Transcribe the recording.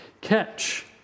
Catch